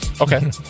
Okay